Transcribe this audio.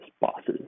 bosses